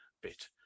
bit